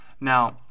Now